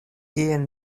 kien